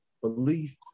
Belief